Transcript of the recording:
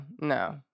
No